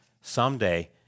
someday